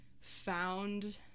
found